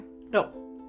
no